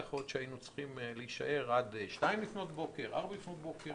יכול להיות שהיינו צריכים להישאר עד 02:00 או 04:00 לפנות בוקר,